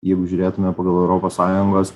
jeigu žiūrėtume pagal europos sąjungos